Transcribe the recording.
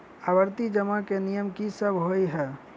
आवर्ती जमा केँ नियम की सब होइ है?